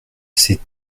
c’est